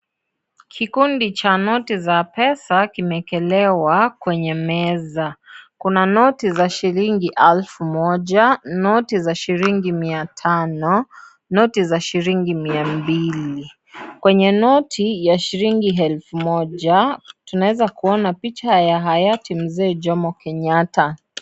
Kikundi cha noti za pesa kimeekelewa kwenye meza kuna noti za shilingi alfu moja, noti za shilingi mia tano ,noti za shilingi mia mbili kwenye noti za shilingi elfu moja tunaweza kuona picha ya hayati mzee Jomo Kenyatta.